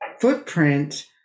footprint